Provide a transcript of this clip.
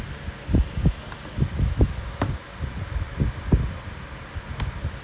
as in like if nobody wanna play I don't mind playing keeper lah it's not that bad it's just come out from the back and then just pass it on